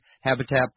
Habitat